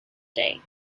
day